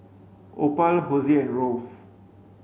Opal Hosie and Rolf